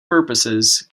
purposes